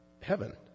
heaven